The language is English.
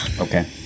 Okay